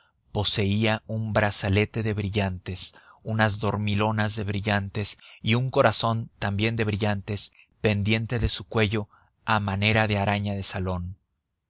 poseía un brazalete de brillantes unas dormilonas de brillantes y un corazón también de brillantes pendiente de su cuello a manera de araña de salón